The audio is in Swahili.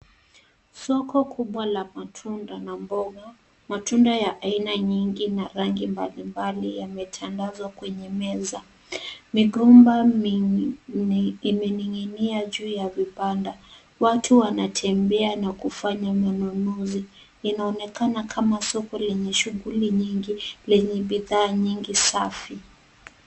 Soko kubwa la matunda na mboga. Matunda ya aina nyingi na rangi mbalimbali yametandazwa kwenye meza. Migomba minne imening'nia juu ya vibanda. Watu wanatembea na kufanya ununuzi. Inaonekana kama soko lenye shughuli nyingi lenye bidhaa nyingi safi.